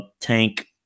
tank